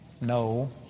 No